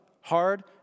hard